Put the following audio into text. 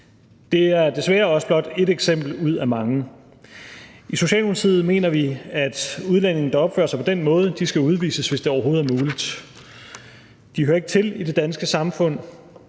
Det er desværre også blot et eksempel ud af mange. I Socialdemokratiet mener vi, at udlændinge, der opfører sig på den måde, skal udvises, hvis det overhovedet er muligt. De hører ikke til i det danske samfund.